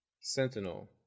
sentinel